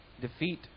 Defeat